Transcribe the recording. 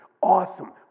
awesome